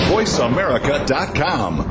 VoiceAmerica.com